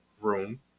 room